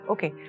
Okay